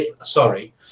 sorry